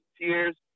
tears